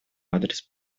адрес